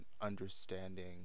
understanding